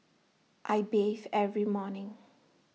I bathe every morning